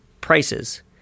prices